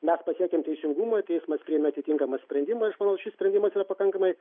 mes pasiekėm teisingumo teismas priėmė atitinkamą sprendimą aš manau šis sprendimas yra pakankamai